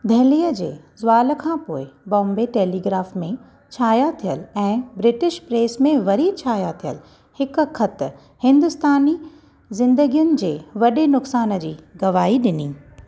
दहिलीअ जे सुवाल खां पोइ बॉम्बे टेलीग्राफ में शाया थियल ऐं ब्रिटिश प्रेस में वरी शाया थियलु हिकु ख़तु हिन्दुस्तानी ज़िन्दगियुनि जे वडे॒ नुक़सान जी गवाही डि॒नी